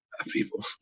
people